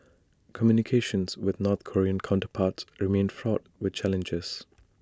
communications with north Korean counterparts remain fraught with challenges